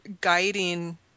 guiding